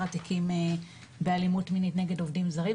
התיקים באלימות מינית נגד עובדים זרים.